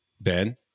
Ben